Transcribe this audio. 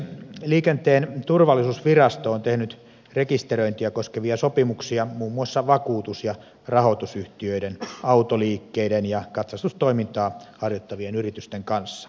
liikenteen turvallisuusvirasto on tehnyt rekisteröintiä koskevia sopimuksia muun muassa vakuutus ja rahoitusyhtiöiden autoliikkeiden ja katsastustoimintaa harjoittavien yritysten kanssa